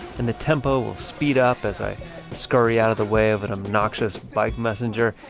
and the tempo will speed up as i scurry out of the way of an obnoxious bike messenger,